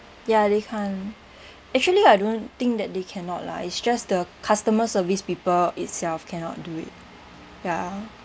ya they can't actually I don't think that they cannot lah it's just the customer service people itself cannot do it ya